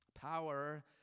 Power